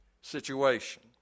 situation